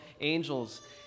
angels